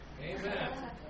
Amen